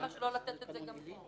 למה לא לתת את זה גם פה?